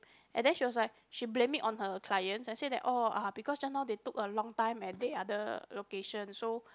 and then she was like she blame it on her clients and said that oh uh because just now they took a long time at the other location so